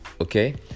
Okay